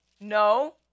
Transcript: No